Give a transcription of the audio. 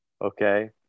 okay